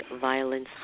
Violence